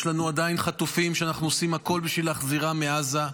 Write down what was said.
יש לנו עדיין חטופים שאנחנו עושים הכול בשביל להחזירם מעזה,